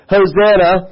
Hosanna